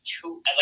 two